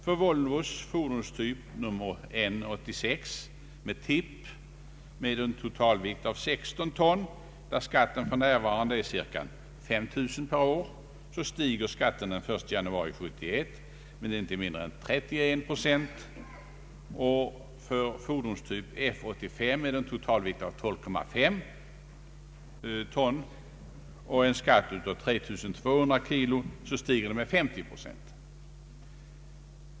För Volvos fordonstyp N 86 med tipp med en totalvikt av 16 ton, där skatten för närvarande är cirka 5000 kronor per år, stiger skatten den 1 januari 1971 med inte mindre än 31 procent. För fordonstyp F 85 med en totalvikt av 12,5 ton och en skatt av cirka 3200 kronor stiger denna med 50 procent.